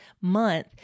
month